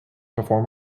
perform